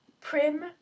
Prim